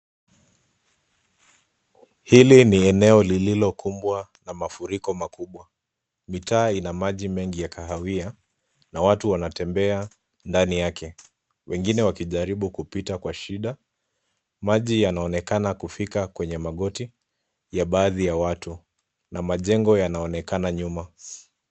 Hili ni eneo lililo kumbwa na mafuriko makubwa. Mitaa ina maji mengi ya kahawaia na watu wanatembea ndani yake. Wengine wakijaribu kupita kwa shinda. Maji yanayoonekana kufika kwenye magoti ya baadhi ya watu na majengo yanaonekana nyuma.